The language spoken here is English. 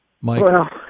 Mike